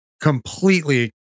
Completely